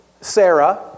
Sarah